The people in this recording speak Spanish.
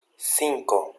cinco